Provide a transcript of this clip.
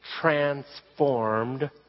transformed